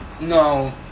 no